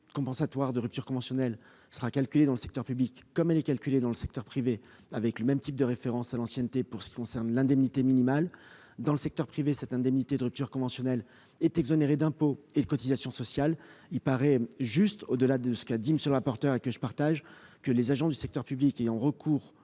compensatoire de rupture conventionnelle sera calculée dans le secteur public comme dans le secteur privé, avec le même type de référence à l'ancienneté pour ce qui concerne l'indemnité minimale. Dans le secteur privé, je le répète, l'indemnité de rupture conventionnelle est exonérée d'impôt et de cotisations sociales ; au-delà de ce qu'a déjà indiqué M. le rapporteur général et que je partage, il paraît juste que les agents du secteur public qui ont recours